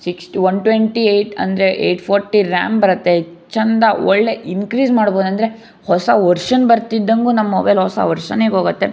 sixth one twenty eight ಅಂದರೆ eight forty RAM ಬರುತ್ತೆ ಚೆಂದ ಒಳ್ಳೆ ಇನ್ಕ್ರೀಸ್ ಮಾಡ್ಬೋದು ಅಂದರೆ ಹೊಸ ವರ್ಷನ್ ಬರ್ತಿದ್ದಂಗೂ ನಮ್ಮ ಮೊಬೈಲ್ ಹೊಸ ವರ್ಷನಿಗೆ ಹೋಗುತ್ತೆ